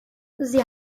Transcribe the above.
sie